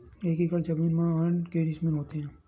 एक एकड़ जमीन मा के डिसमिल होथे?